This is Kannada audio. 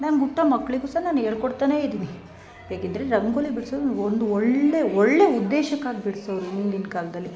ನಮ್ಗೆ ಹುಟ್ಟೋ ಮಕ್ಕಳಿಗೂ ಸಹ ನಾನು ಹೇಳ್ಕೊಡ್ತಾನೆ ಇದ್ದೀನಿ ಏಕಂದ್ರೆ ರಂಗೋಲಿ ಬಿಡ್ಸೋದು ಒಂದು ಒಳ್ಳೇ ಒಳ್ಳೆ ಉದ್ದೇಶಕ್ಕಾಗಿ ಬಿಡಿಸೋರು ಹಿಂದಿನ್ ಕಾಲದಲ್ಲಿ